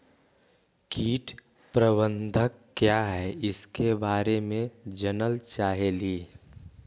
कीट प्रबनदक क्या है ईसके बारे मे जनल चाहेली?